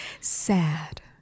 Sad